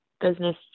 business